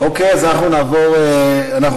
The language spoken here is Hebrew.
אוקיי, אז אנחנו נעבור להצבעה.